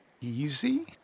easy